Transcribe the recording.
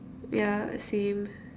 yeah same